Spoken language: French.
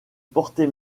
portée